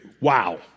Wow